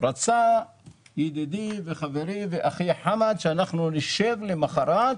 רצה ידידי וחברי ואחי חמד עמאר שנשב למחרת.